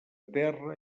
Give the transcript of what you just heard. terra